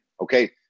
Okay